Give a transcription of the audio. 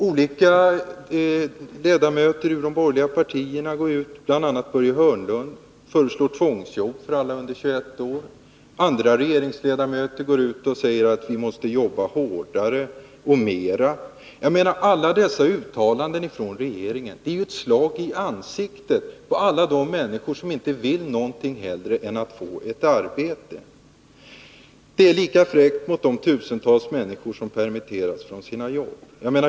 Olika ledamöter ur de borgerliga partierna går ut med förslag; Börje Hörnlund föreslår t.ex. tvångsjobb för alla under 21 år. Andra säger att vi måste jobba hårdare och mera. Alla dessa uttalanden från regeringssidan är ett slag i ansiktet på alla de människor som inte vill någonting hellre än att få ett arbete. Det är lika fräckt mot de tusentals människor som permitteras från jobben.